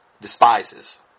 despises